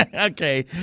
okay